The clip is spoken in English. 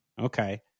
Okay